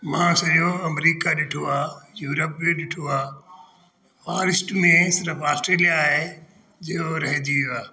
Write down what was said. मां सॼो अमरिका ॾिठो आहे यूरोप बि ॾिठो आहे फॉरेस्ट में सिर्फ़ु ऑस्ट्रेलिया आहे जो रहिजी वियो आहे